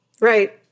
Right